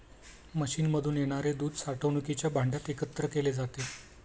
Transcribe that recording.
मशीनमधून येणारे दूध साठवणुकीच्या भांड्यात एकत्र केले जाते